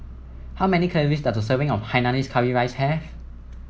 how many calories does a serving of Hainanese Curry Rice have